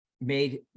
made